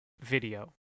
video